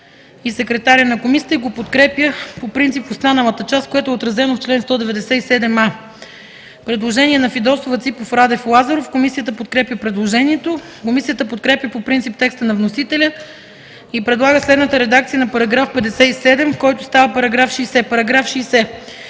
и секретаря на комисията” и го подкрепя по принцип в останалата част, което е отразено в чл. 197а.. Предложение на Фидосова, Ципов, Радев и Лазаров. Комисията подкрепя предложението. Комисията подкрепя по принцип текста на вносителя и предлага следната редакция на § 57, който става § 60: „§ 60.